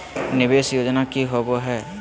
निवेस योजना की होवे है?